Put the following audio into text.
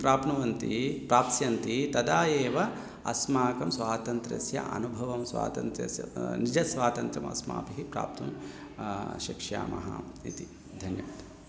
प्राप्नुवन्ति प्राप्स्यन्ति तदा एव अस्माकं स्वातन्त्र्यस्य अनुभवं स्वतन्त्र्यस्य निजस्वातन्त्र्यमस्माभिः प्राप्तुं शक्ष्यामः इति धन्यवादः